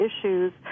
issues